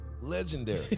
Legendary